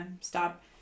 stop